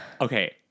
Okay